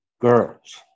girls